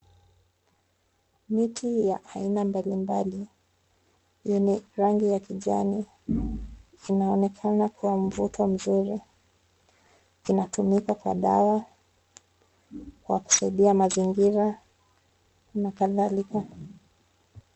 Miti ya aina mbalimbali yenye rangi ya kijani zinaonekana kwa mvuto mzuri inatumika kwa dawa kwa kusaidia mazingira na kadhalika.